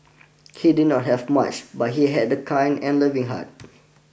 he did not have much but he had a kind and loving heart